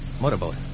Motorboat